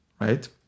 right